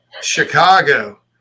Chicago